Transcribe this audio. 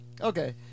Okay